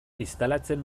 instalatzen